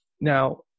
now